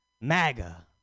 MAGA